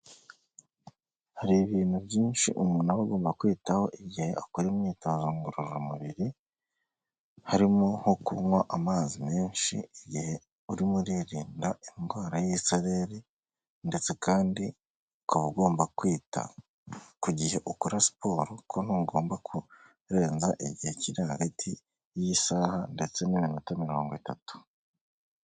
Hari ibintu byinshi umuntu aba agomba kwitaho igihe akora imyitozo ngororamubiri harimo nko kunywa amazi menshi igihe urimo uririnda indwara y'isereri ndetse kandi ukaba ugomba kwita ku gihe ukora siporo kuko ntugomba kurenza igihe kiri hagati y'isaha ndetse n'iminota mirongo itatu.